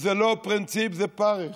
זה לא פרינציפ, זה פרך,